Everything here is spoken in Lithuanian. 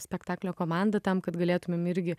spektaklio komanda tam kad galėtumėm irgi